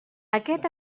aquest